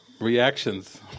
reactions